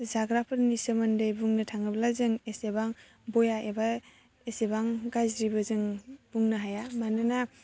जाग्राफोरनि सोमोन्दै बुंनो थाङोब्ला जों इसेबां बया एबा इसेबां गाज्रिबो जों बुंनो हाया मानोना